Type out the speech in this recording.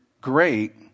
great